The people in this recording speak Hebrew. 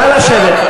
נא לשבת.